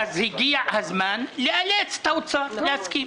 הגיע הזמן לאלץ את משרד האוצר להסכים.